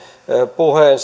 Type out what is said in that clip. puheen